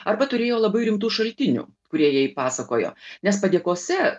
arba turėjo labai rimtų šaltinių kurie jai pasakojo nes padėkose